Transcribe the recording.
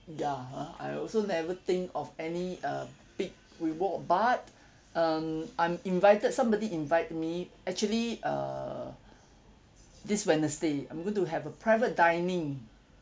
ya ah I also never think of any uh big reward but um I'm invited somebody invite me actually err this wednesday I'm going to have a private dining